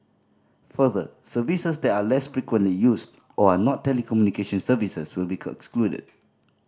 further services that are less frequently used or are not telecommunication services will be